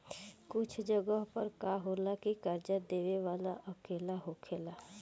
कुछ जगह पर का होला की कर्जा देबे वाला अकेला होखेला